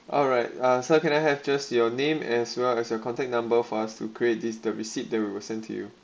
alright so can I have just your name as well as your contact number for us to create the resit that we will send to you